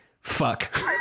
fuck